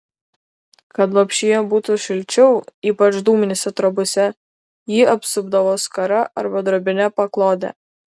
kad lopšyje būtų šilčiau ypač dūminėse trobose jį apsupdavo skara arba drobine paklode